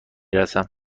رسم